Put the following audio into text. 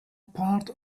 part